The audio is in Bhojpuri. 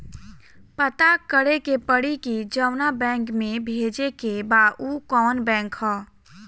पता करे के पड़ी कि जवना बैंक में भेजे के बा उ कवन बैंक ह